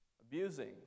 Abusing